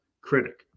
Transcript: critic